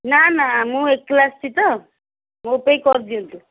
ନା ନା ମୁଁ ଏକଲା ଆସଛି ତ ମୋ ପାଇଁ କରଦିଅନ୍ତୁ